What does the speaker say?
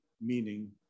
meaning